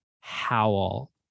howl